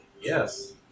Yes